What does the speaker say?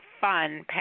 fun